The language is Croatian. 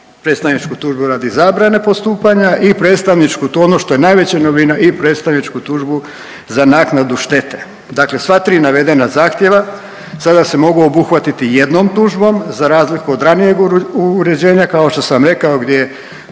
predstavničku tužbu radi zabrane postupanja i predstavničku, ono što je najveća novina i predstavničku tužbu za naknadu štete. Dakle, sva tri navedena zahtjeva sada se mogu obuhvatiti jednom tužbom za razliku od ranijeg uređenja kao što sam rekao gdje